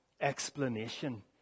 explanation